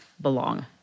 belong